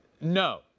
No